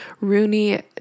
Rooney